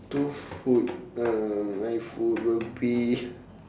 two food uh my food will be